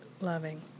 loving